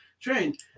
trained